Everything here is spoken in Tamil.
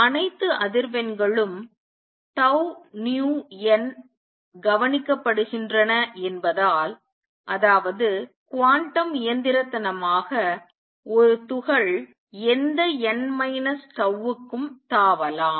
அனைத்து அதிர்வெண்களும் tau nu n கவனிக்கப்படுகின்றன என்பதால் அதாவது குவாண்டம் இயந்திரத்தனமாக ஒரு துகள் எந்த n மைனஸ் tauக்கு தாவலாம்